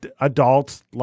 adults